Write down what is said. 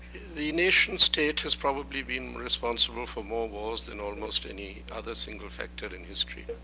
the nation state has probably been responsible for more wars than almost any other single factor in history.